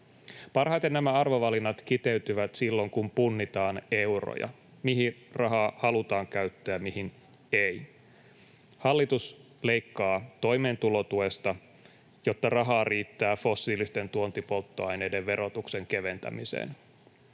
Parhaiten nämä arvovalinnat kiteytyvät silloin, kun punnitaan euroja, mihin rahaa halutaan käyttää ja mihin ei. Hallitus leikkaa toimeentulotuesta, jotta rahaa riittää fossiilisten tuontipolttoaineiden verotuksen keventämiseen.